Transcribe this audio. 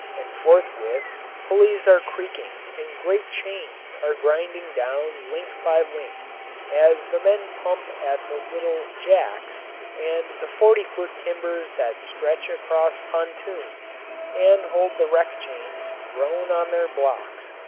and forthwith pulleys are creaking and great chains are grinding down link by link as the men pump at the little jacks and the forty-foot timbers that stretch across pontoons and hold the wreck-chains groan on their blocks,